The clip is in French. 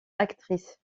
actrice